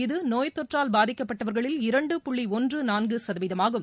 இது நோய்தொற்றால் பாதிக்கப்பட்டவர்களில் இரண்டு புள்ளிஒன்றுநான்குசதவீதமாகும்